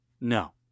No